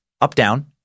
up-down